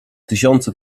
tysiące